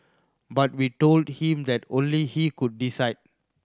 but we told him that only he could decide